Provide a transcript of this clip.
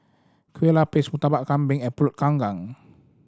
Kueh Lapis Murtabak Kambing and Pulut